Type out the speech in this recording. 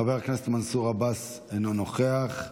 חבר הכנסת מנסור עבאס, אינו נוכח.